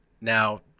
now